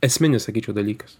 esminis sakyčiau dalykas